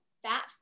fat